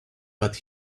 but